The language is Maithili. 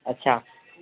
अच्छा